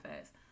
fast